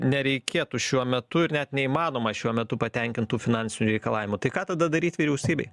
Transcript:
nereikėtų šiuo metu ir net neįmanoma šiuo metu patenkint tų finansinių reikalavimų tai ką tada daryt vyriausybei